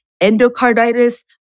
endocarditis